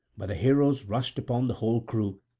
but the heroes rushed upon the whole crew,